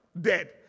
Dead